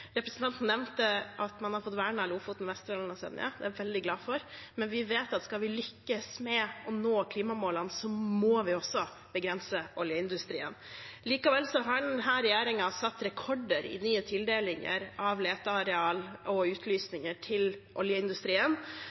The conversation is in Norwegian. Representanten nevnte at man har fått vernet Lofoten, Vesterålen og Senja. Det er jeg veldig glad for, men vi vet at skal vi lykkes med å nå klimamålene, må vi også begrense oljeindustrien. Likevel har denne regjeringen satt rekorder i nye tildelinger av leteareal og utlysninger til oljeindustrien.